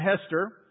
Hester